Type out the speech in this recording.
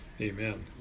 Amen